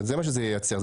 זה מה שזה ייצר.